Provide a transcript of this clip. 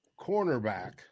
cornerback